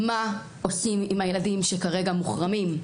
מה עושים עם הילדים שכרגע מוחרמים?